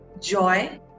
joy